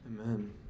Amen